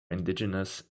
indigenous